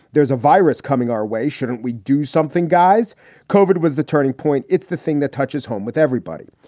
there's a virus coming our way. shouldn't we do something guys covered was the turning point. it's the thing that touches home with everybody.